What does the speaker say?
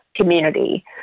community